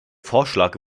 vorschlag